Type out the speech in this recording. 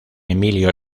emilio